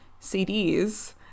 CDs